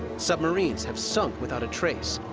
submarines have sunk without a trace.